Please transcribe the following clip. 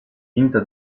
tinta